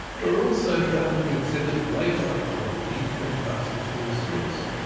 were also found to exhibit wave-like properties when passing through slits.